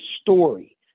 story